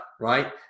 Right